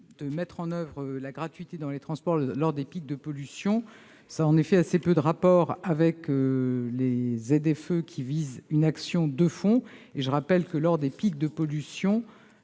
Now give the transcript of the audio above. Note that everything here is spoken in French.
de mettre en oeuvre la gratuité dans les transports lors des pics de pollution a en effet assez peu de rapport avec les ZFE, qui visent une action de fond. Je rappelle que, lors de tels pics, il